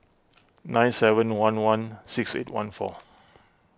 nine seven one one six eight one four